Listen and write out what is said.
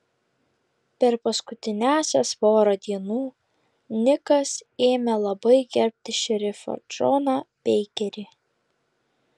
per paskutiniąsias porą dienų nikas ėmė labai gerbti šerifą džoną beikerį